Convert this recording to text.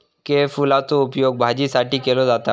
केळफुलाचो उपयोग भाजीसाठी केलो जाता